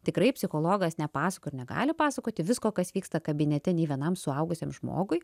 tikrai psichologas nepasakoja ir negali pasakoti visko kas vyksta kabinete nei vienam suaugusiam žmogui